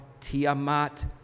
Tiamat